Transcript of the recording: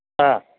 ആ